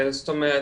שאת אומרת,